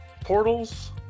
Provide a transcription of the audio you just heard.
portals